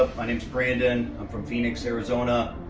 my name is brandon. i'm from phoenix, arizona.